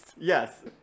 Yes